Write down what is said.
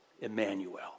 Emmanuel